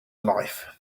life